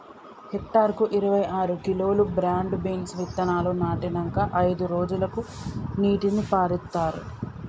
hectare కు ఇరవై ఆరు కిలోలు బ్రాడ్ బీన్స్ విత్తనాలు నాటినంకా అయిదు రోజులకు నీటిని పారిత్తార్